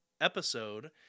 episode